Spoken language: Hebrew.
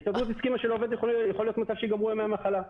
ההסתדרות הסכימה שיכול להיות מצב שלעובד ייגמרו ימי המחלה,